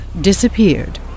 disappeared